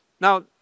Now